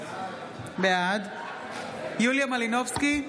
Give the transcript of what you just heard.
בעד יוליה מלינובסקי,